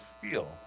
feel